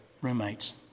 roommates